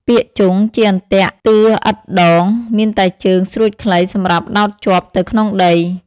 ពាក្យ ជង់ ជាអន្ទាក់តឿឥតដង មានតែជើងស្រួចខ្លីសម្រាប់ដោតជាប់ទៅក្នុងដី ។